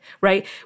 right